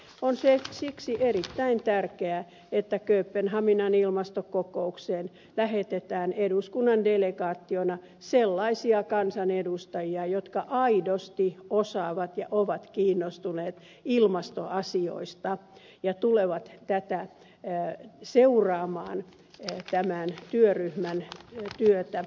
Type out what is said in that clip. on siksi erittäin tärkeää että kööpenhaminan ilmastokokoukseen lähetetään eduskunnan delegaationa sellaisia kansanedustajia jotka aidosti osaavat ilmastoasioita ja ovat kiinnostuneita niistä ja tulevat seuraamaan tämän työryhmän työtä